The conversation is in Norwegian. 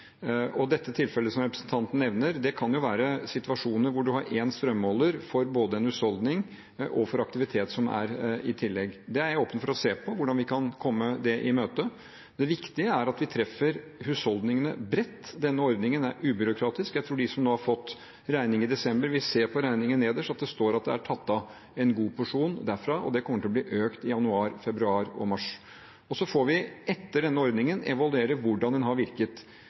Dette tilfellet som representanten nevner, kan jo være situasjoner hvor man har én strømmåler for både en husholdning og for aktivitet som er i tillegg. Det er jeg åpen for å se på, hvordan vi kan komme det i møte. Det viktige er at vi treffer husholdningene bredt. Denne ordningen er ubyråkratisk. Jeg tror de som nå har fått regning i desember, vil se på regningen nederst at det står at det er tatt av en god porsjon derfra, og det kommer til å bli økt i januar, februar og mars. Så får vi, etter denne ordningen, evaluere hvordan den har virket.